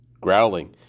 Growling